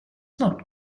not